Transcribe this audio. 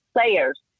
players